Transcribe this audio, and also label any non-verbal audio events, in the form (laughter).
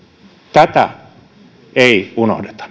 tätä ei unohdeta (unintelligible)